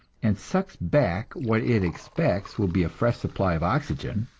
and sucks back what it expects will be a fresh supply of oxygen,